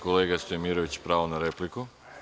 Kolega Stojmiroviću, nemate pravo na repliku.